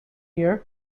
year